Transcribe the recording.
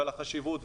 על החשיבות,